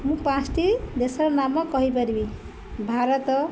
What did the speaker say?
ମୁଁ ପାଞ୍ଚୋଟି ଦେଶର ନାମ କହିପାରିବି ଭାରତ